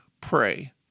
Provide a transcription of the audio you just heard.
pray